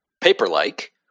Paper-like